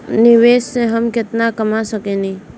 निवेश से हम केतना कमा सकेनी?